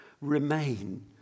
remain